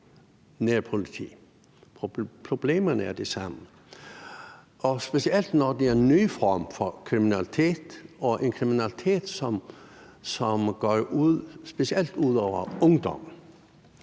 nærpoliti? Problemerne er de samme. Det gælder specielt, når det er en ny form for kriminalitet og en kriminalitet, som specielt går ud over ungdommen.